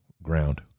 ground